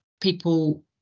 people